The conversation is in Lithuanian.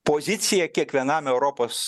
pozicija kiekvienam europos